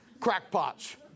crackpots